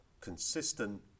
consistent